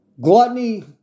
Gluttony